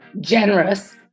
generous